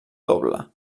doble